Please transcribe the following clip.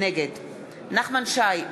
נגד נחמן שי,